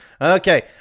Okay